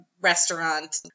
restaurant